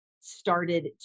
started